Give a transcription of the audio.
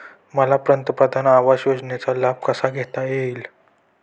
मला पंतप्रधान आवास योजनेचा लाभ कसा घेता येईल?